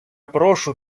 прошу